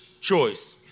choice